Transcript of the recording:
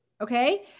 Okay